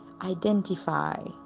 Identify